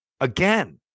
again